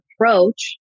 approach